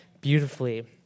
beautifully